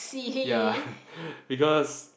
ya because